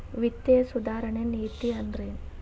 ವಿತ್ತೇಯ ಸುಧಾರಣೆ ನೇತಿ ಅಂದ್ರೆನ್